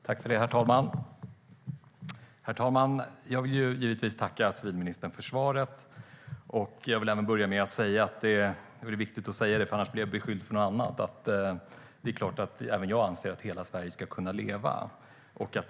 Herr talman! Jag vill givetvis tacka civilministern för svaret. Det är klart att även jag anser att hela Sverige ska kunna leva. Det är viktigt att säga det. Annars blir jag beskylld för något annat.